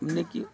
मने कि